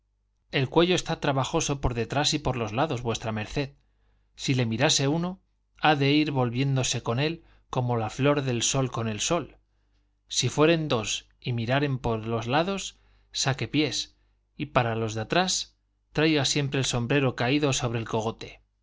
el cuello está trabajoso por detrás y por los lados v md si le mirase uno ha de ir volviéndose con él como la flor del sol con el sol si fueren dos y miraren por los lados saque pies y para los de atrás traiga siempre el sombrero caído sobre el cogote